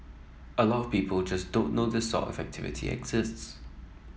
a lot of people just don't know this sort of activity exists